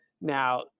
Now